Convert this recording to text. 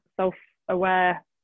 self-aware